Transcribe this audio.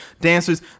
dancers